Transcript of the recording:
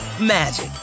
magic